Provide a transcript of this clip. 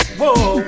whoa